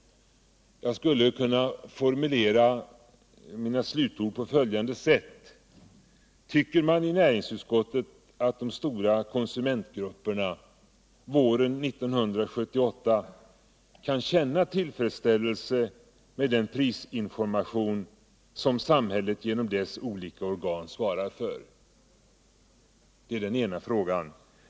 Jag skulle kunna formulera mina slutord på följande sätt: Anser man i näringsutskottet att de stora konsumentgrupperna våren 1978 har anledning känna tillfredsställelse med den prisinformation som samhället genom dess olika organ svarar för? Det är den ena frågan.